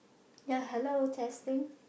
ya hello testing